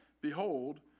behold